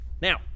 Now